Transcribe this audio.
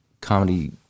comedy